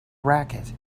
racket